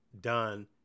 done